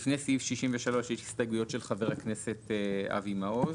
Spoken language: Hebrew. לפני סעיף 63 יש הסתייגויות של חבר הכנסת אבי מעוז.